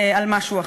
על משהו אחר.